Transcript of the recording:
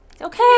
Okay